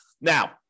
Now